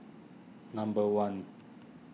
number one